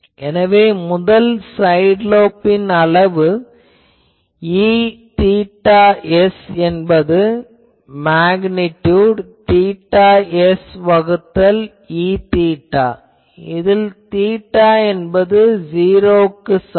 எனவே முதல் சைடு லோப்பின் அளவு Eθs என்பதன் மேக்னிடியுட் அதாவது θs வகுத்தல் Eθ இதில் தீட்டா என்பது '0' க்கு சமம்